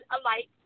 alike